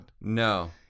No